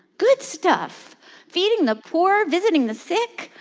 good stuff feeding the poor, visiting the sick,